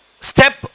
step